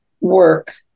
work